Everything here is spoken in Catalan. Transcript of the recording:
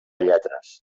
lletres